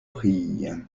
prie